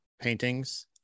paintings